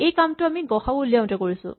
এই কামটো আমি গ সা উ উলিয়াওতে কৰিছিলো